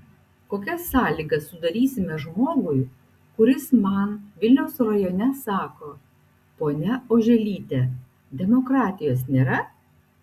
kokias sąlygas sudarysime žmogui kuris man vilniaus rajone sako ponia oželyte demokratijos nėra